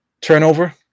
Turnover